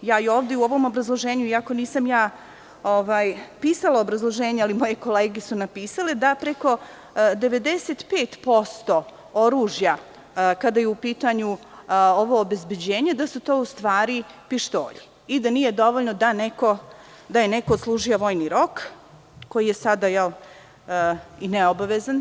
U ovom obrazloženju, iako nisam ja pisala obrazloženje, ali moje kolege su napisale da preko 95% oružja, kada je u pitanju ovo obezbeđenje, da su to u stvari pištolji i da nije dovoljno da je neko odslužio vojni rok koji je sada i neobavezan.